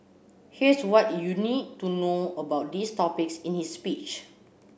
here's what you need to know about these topics in his speech